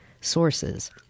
sources